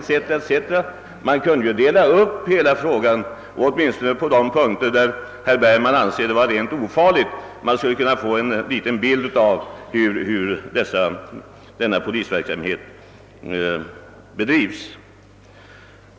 En uppdelning kunde ju gö ras och en redovisning lämnas åtminstone på de punkter där herr Bergman anser en sådan helt ofarlig, så att vi därvidlag kunde få en bild av hur denna polisverksamhet bedrivs.